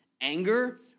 anger